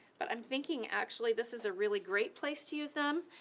but i'm thinking actually this is a really great place to use them.